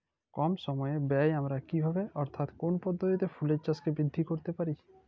কম সময় ব্যায়ে আমরা কি ভাবে অর্থাৎ কোন পদ্ধতিতে ফুলের চাষকে বৃদ্ধি করতে পারি?